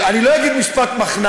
לא, משפט מחץ.